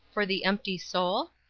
for the empty soul?